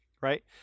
right